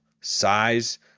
Size